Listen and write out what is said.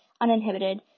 uninhibited